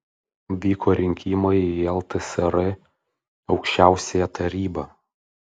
vyko rinkimai į ltsr aukščiausiąją tarybą